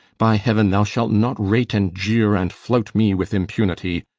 by heaven, thou shalt not rate and jeer and flout me with impunity.